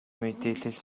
мэдээлэл